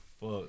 fuck